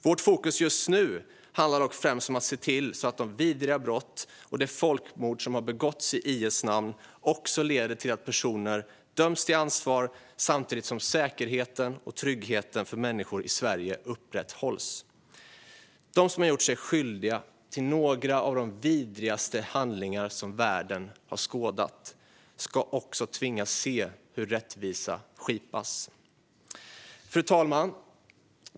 Vårt fokus just nu handlar dock främst om att se till att de vidriga brott och det folkmord som har begåtts i IS namn också leder till att personer döms till ansvar samtidigt som säkerheten och tryggheten för människor i Sverige upprätthålls. De som har gjort sig skyldiga till några av de vidrigaste handlingar världen har skådat ska också tvingas se hur rättvisa skipas. Fru talman!